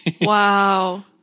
Wow